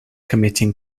committing